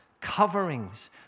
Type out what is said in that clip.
coverings